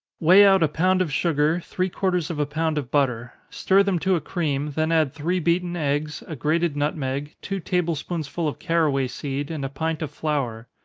weigh out a pound of sugar, three-quarters of a pound of butter stir them to a cream, then add three beaten eggs, a grated nutmeg, two table-spoonsful of caraway seed, and a pint of flour.